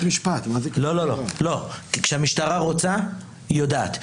כי כשהמשטרה רוצה היא יודעת.